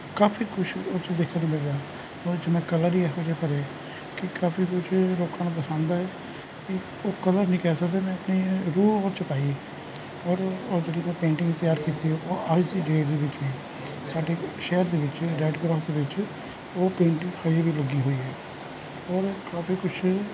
ਕਾਫੀ ਕੁਛ ਉਹ 'ਚ ਦੇਖਣ ਨੂੰ ਮਿਲ ਰਿਹਾ ਉਹਦੇ 'ਚ ਮੈਂ ਕਲਰ ਹੀ ਇਹੋ ਜਿਹੇ ਭਰੇ ਕਿ ਕਾਫੀ ਕੁਛ ਲੋਕਾਂ ਨੂੰ ਪਸੰਦ ਆਏ ਵੀ ਉਹ ਕਲਰ ਨਹੀਂ ਕਹਿ ਸਕਦੇ ਮੈਂ ਆਪਣੀ ਰੂਹ ਉਹ 'ਚ ਪਾਈ ਔਰ ਉਹ ਜਿਹੜੀ ਮੈਂ ਪੇਂਟਿੰਗ ਤਿਆਰ ਕੀਤੀ ਉਹ ਅੱਜ ਦੀ ਡੇਟ ਦੇ ਵਿੱਚ ਵੀ ਸਾਡੇ ਸ਼ਹਿਰ ਦੇ ਵਿੱਚ ਰੈਡ ਕ੍ਰੋਸ ਦੇ ਵਿੱਚ ਉਹ ਪੇਂਟਿੰਗ ਹਜੇ ਵੀ ਲੱਗੀ ਹੋਈ ਹੈ ਔਰ ਕਾਫੀ ਕੁਛ